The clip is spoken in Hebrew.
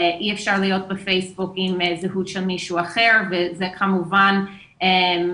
אי אפשר להיות בפייסבוק עם זהות של מישהו אחר וזה כמובן משהו